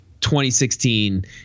2016